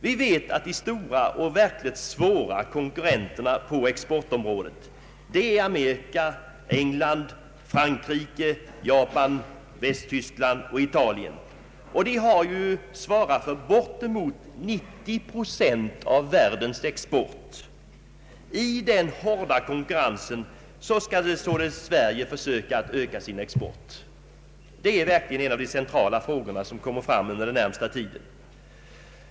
Vi vet att de stora och verkligt svåra konkurrenterna på exportområdet är Amerika, England, Frankrike, Japan, Västtyskland och Italien, vilka sammanlagt svarar för bortemot 90 procent av världens export. I denna hårda konkurrens skall således Sverige försöka att öka sin export. Det är verkligen en av de centrala frågor som vi har framför oss den närmaste tiden.